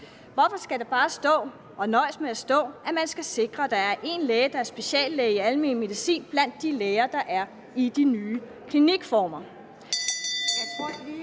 Hvorfor skal der bare nøjes med at stå, at man skal sikre, at der er én læge, der er speciallæge i almen medicin, blandt de læger, der er under de nye klinikformer?